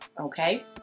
Okay